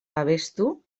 abestu